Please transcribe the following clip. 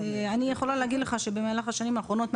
אני יכולה להגיד לך שבמהלך השנים האחרונות,